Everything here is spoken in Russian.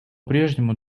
прежнему